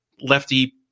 lefty